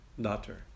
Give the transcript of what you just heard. daughter